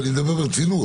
ואני מדבר ברצינות.